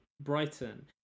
brighton